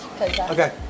Okay